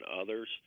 others